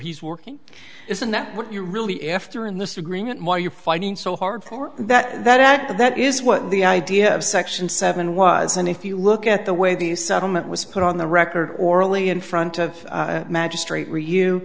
he's working isn't that what you're really after in this agreement why you're fighting so hard for that act that is what the idea of section seven was and if you look at the way the settlement was put on the record orally in front of a magistrate were you